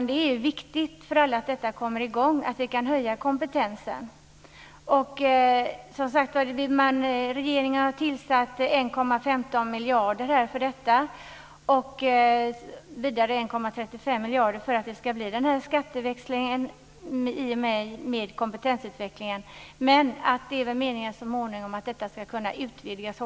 Det är viktigt för alla att detta kommer i gång och att vi kan höja kompetensen. Regeringen har anslagit 1,15 miljarder för detta och vidare 1,35 miljarder för att den här skatteväxlingen med kompetensutveckling ska bli av. Men vi hoppas att detta så småningom ska kunna utvidgas.